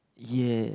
ya